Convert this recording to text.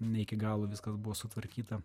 ne iki galo viskas buvo sutvarkyta